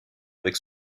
avec